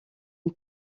une